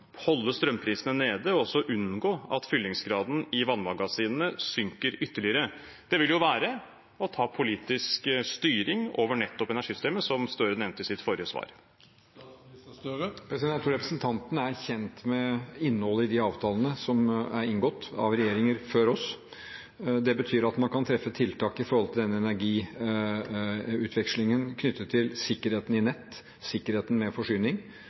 ta politisk styring over energisystemet, som Støre nevnte i sitt forrige svar. Jeg tror representanten Moxnes er kjent med innholdet i de avtalene som er inngått av regjeringer før oss. Det betyr at man kan treffe tiltak når det gjelder energiutvekslingen, knyttet til sikkerheten i nett og sikkerheten knyttet til forsyning.